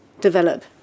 develop